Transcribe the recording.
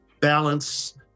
balance